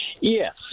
Yes